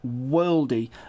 worldy